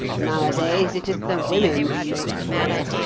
nowadays, it is the women who make war,